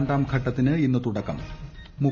രണ്ടാം ഘട്ടത്തിന് ഇന്റ് തുടക്കമാകും